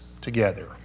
together